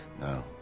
No